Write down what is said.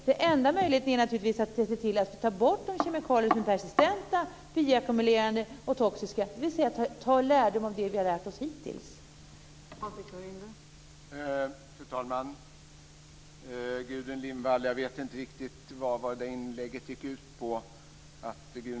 Den enda möjligheten är naturligtvis att ta bort de kemikalier som är persistenta, bioackumulerande och toxiska, dvs. att dra lärdom av det som vi hittills har kommit till insikt om.